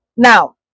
Now